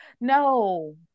No